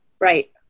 Right